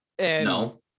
No